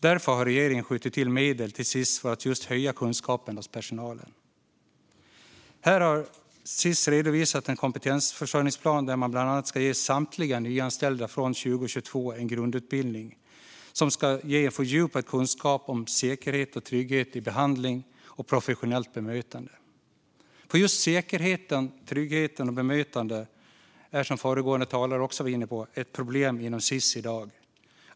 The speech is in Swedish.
Därför har regeringen skjutit till medel till Sis för att just höja kunskapen hos personalen. Sis har redovisat en kompetensförsörjningsplan där man bland annat från 2022 ska ge samtliga nyanställda en grundutbildning, som ska ge en fördjupad kunskap om säkerhet och trygghet vid behandling och om professionellt bemötande. Just säkerhet, trygghet och bemötande är, som föregående talare också var inne på, ett problem inom Sis i dag.